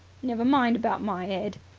never mind about my ead.